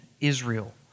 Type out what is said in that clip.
Israel